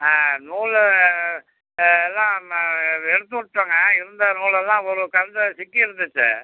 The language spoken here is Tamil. நூல் எல்லாம் எடுத்து விட்டுட்ங்க இருந்த நூலெல்லாம் ஒரு கண்டு சிக்கி இருந்துச்சு